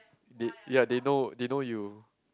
did ya they know they know you